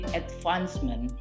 advancement